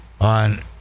On